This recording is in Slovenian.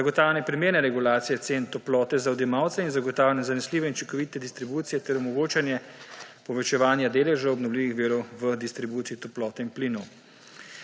zagotavljanje primerne regulacije cen toplote za odjemalce in zagotavljanje zanesljive in učinkovite distribucije ter omogočanje povečevanje deležev obnovljivih virov v distribuciji toplote in plinov.